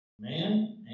man